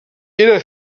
era